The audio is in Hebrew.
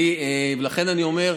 לכן אני אומר: